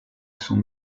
son